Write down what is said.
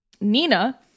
Nina